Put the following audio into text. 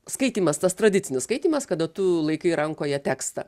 skaitymas tas tradicinis skaitymas kada tu laikai rankoje tekstą